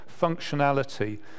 functionality